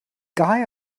guy